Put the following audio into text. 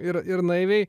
ir ir naiviai